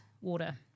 water